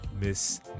Miss